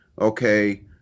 okay